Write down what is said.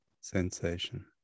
sensation